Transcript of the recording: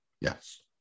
Yes